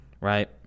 right